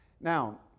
Now